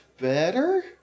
better